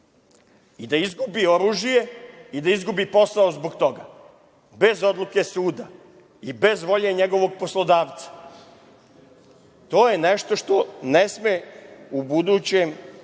i da izgubi oružje i da izgubi posao zbog toga, bez odluke suda i bez volje njegovog poslodavca. To je nešto što ne sme u budućem